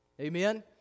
amen